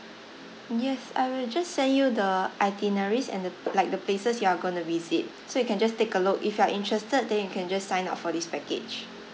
yes I will just send you the itineraries and the like the places you are gonna visit so you can just take a look if you are interested then you can just sign up for this package